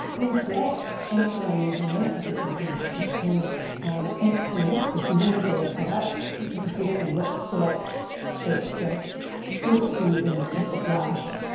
the black ink that i use on those particular pieces is a ink pen. it's a yeah uni-ball product with a beautiful rich black that's just perfect for using with with the gouache.